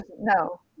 No